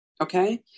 Okay